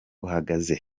uhagaze